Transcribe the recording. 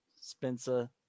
Spencer